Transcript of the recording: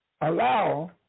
allow